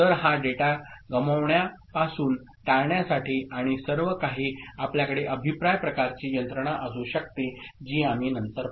तर हा डेटा गमावण्यापासून टाळण्यासाठी आणि सर्व काही आपल्याकडे अभिप्राय प्रकारची यंत्रणा असू शकते जी आम्ही नंतर पाहू